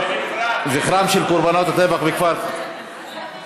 זכרם של קורבנות הטבח בכפר --- לא,